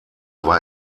war